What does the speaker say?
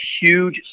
huge